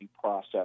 process